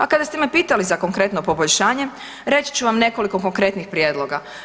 A kada ste me pitali za konkretno poboljšanje, reći ću vam nekoliko konkretnih prijedloga.